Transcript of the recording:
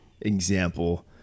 example